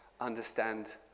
understand